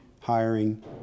hiring